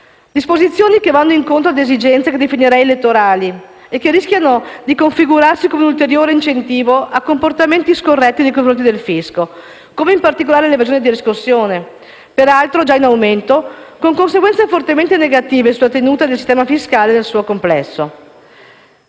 disposizioni che vanno incontro ad esigenze che definirei elettorali e che rischiano di configurarsi come un ulteriore incentivo a comportamenti scorretti nei confronti del fisco, come in particolare l'evasione da riscossione, peraltro già in aumento, con conseguenze fortemente negative sulla tenuta del sistema fiscale nel suo complesso.